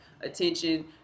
attention